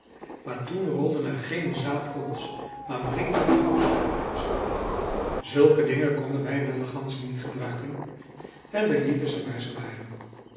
maar toen rolden er geen zaadkorrels maar blinkende goudstukken uit zulke dingen konden wij wilde ganzen niet gebruiken en we lieten ze waar ze waren